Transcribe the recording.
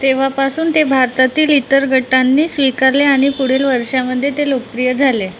तेव्हापासून ते भारतातील इतर गटांनी स्वीकारले आणि पुढील वर्षांमध्ये ते लोकप्रिय झाले